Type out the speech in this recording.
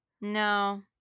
no